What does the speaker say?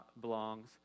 belongs